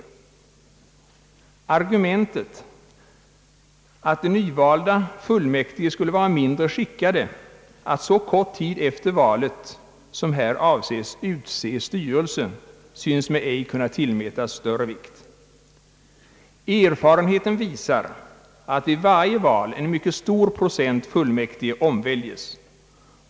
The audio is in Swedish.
Argumentet att de nyvalda fullmäktige skulle vara mindre skickade att så kort tid efter valet som här avses utse styrelse synes mig ej kunna tillmätas större vikt. Erfarenheten visar, att vid varje val en mycket stor procent fullmäktige omväljes.